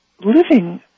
living